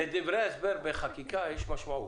לדברי ההסבר בחקיקה יש משמעות.